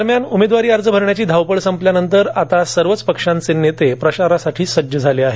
दरम्यान उमेदवारी अर्ज भरण्याची धावपळ संपल्यानंतर आता सर्वच पक्षांचे नेते प्रचारासाठी सज्ज झाले आहेत